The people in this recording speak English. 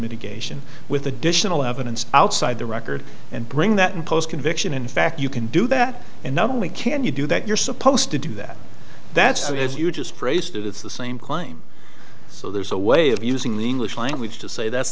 mitigation with additional evidence outside the record and bring that in post conviction in fact you can do that and not only can you do that you're supposed to do that that's true if you just phrased it it's the same claim so there's a way of using the english language to say that's